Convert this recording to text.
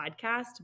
podcast